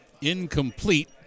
Incomplete